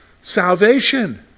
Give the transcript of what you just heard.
Salvation